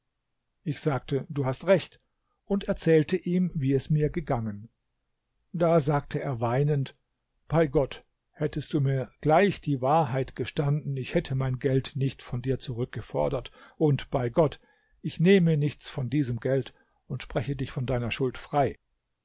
ich sagte du hast recht und erzählte ihm wie es mir gegangen da sagte er weinend bei gott hättest du mir gleich die wahrheit gestanden ich hätte mein geld nicht von dir zurückgefordert und bei gott ich nehme nichts von diesem geld und spreche dich von deiner schuld frei